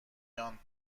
یان